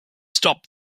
stop